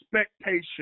Expectation